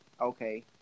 Okay